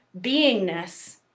beingness